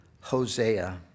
Hosea